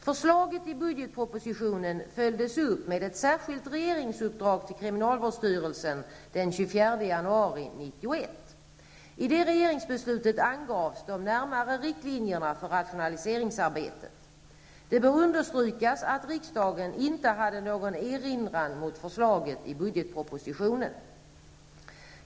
Förslaget i budgetpropositionen följdes upp med ett särskilt regeringsuppdrag till kriminalvårdsstyrelsen den 24 januari 1991. I det regeringsbeslutet angavs de närmare riktlinjerna för rationaliseringsarbetet. Det bör understrykas att riksdagen inte hade någon erinran mot förslaget i budgetpropositionen.